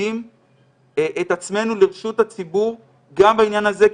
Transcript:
מעמידים את עצמנו לרשות הציבור גם בעניין הזה.